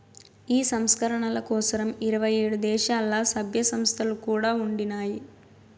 ఈ సంస్కరణల కోసరం ఇరవై ఏడు దేశాల్ల, సభ్య సంస్థలు కూడా ఉండినాయి